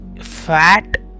Fat